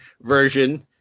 version